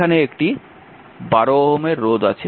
এখানে একটি 12 Ω রোধ আছে